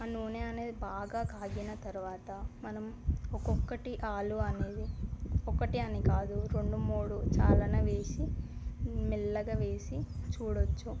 ఆ నూనె అనేది బాగా కాగిన తరువాత మనం ఒక్కొక్కటి ఆలు అనేది ఒకటి అని కాదు రెండు మూడు చాలానే వేసి మెల్లగా వేసి చూడవచ్చు